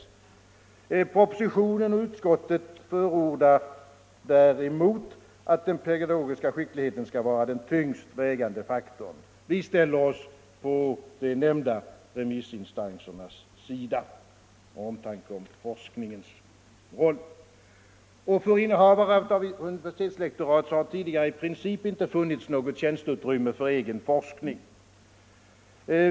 I propositionen och utskottsbetänkandet förordas däremot att den pedagogiska skickligheten skall vara den tyngst vägande faktorn. Vi ställer oss på de nämnda remissinstansernas sida av omtanke om forskningens roll. För innehavare av ett universitetslektorat har det tidigare i princip inte funnits något tjänsteutrymme för egen forskning.